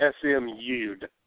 SMU'd